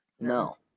No